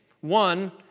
One